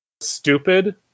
stupid